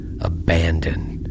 abandoned